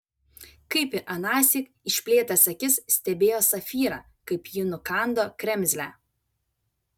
kaip ir anąsyk išplėtęs akis stebėjo safyrą kaip ji nukando kremzlę